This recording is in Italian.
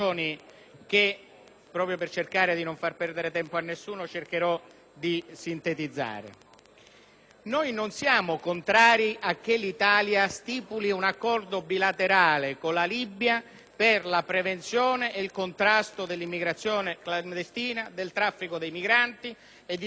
Noi non siamo contrari a che l'Italia stipuli un accordo bilaterale con la Libia per la prevenzione e il contrasto dell'immigrazione clandestina, del traffico di migranti e di tutto ciò che attorno a questo traffico cresce in termini di finanziamento ad organizzazioni criminali